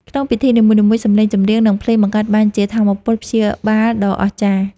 ក្នុងពិធីនីមួយៗ សំឡេងចម្រៀង និងភ្លេងបង្កើតបានជាថាមពលព្យាបាលដ៏អស្ចារ្យ។